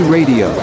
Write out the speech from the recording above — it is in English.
Radio